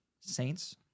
Saints